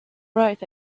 right